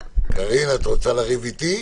קארין, את רוצה לריב איתי?